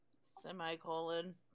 Semicolon